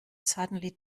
suddenly